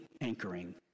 anchoring